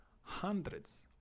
hundreds